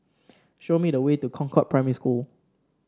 show me the way to Concord Primary School